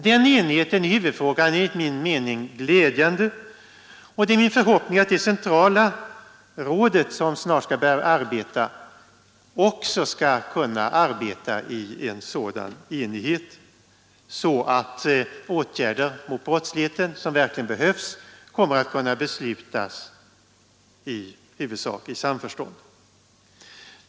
Den enigheten i huvudfrågan är enligt min mening glädjande, och det är min förhoppning att det centrala rådet som snart skall börja arbeta också skall kunna arbeta i en sådan enighet att de åtgärder mot brottsligheten som verkligen behövs kommer att i huvudsak kunna beslutas i samförstånd.